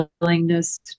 willingness